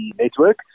network